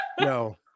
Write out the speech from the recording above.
No